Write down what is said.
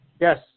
Yes